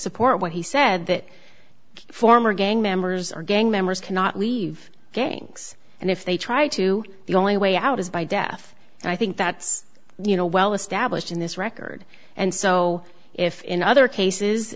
support what he said that former gang members are gang members cannot leave gangs and if they try to the only way out is by death and i think that's you know well established in this record and so if in other cases